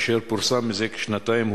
אשר פורסם לפני כשנתיים,